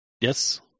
Yes